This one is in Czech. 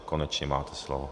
Konečně máte slovo.